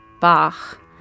Bach